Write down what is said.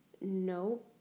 No